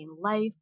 life